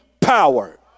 power